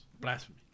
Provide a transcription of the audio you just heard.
Blasphemy